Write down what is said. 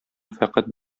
фәкать